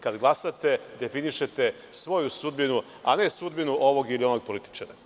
Kada glasate definišete svoju sudbinu, a ne sudbinu ovog ili onog političara.